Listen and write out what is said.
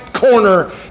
Corner